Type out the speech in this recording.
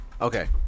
Okay